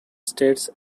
states